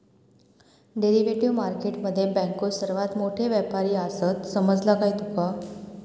Derivative market मध्ये बँको सर्वात मोठे व्यापारी आसात, समजला काय तुका?